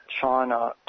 China